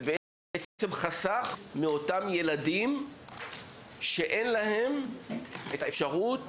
זה בעצם חסך מאותם ילדים שאין להם את האפשרות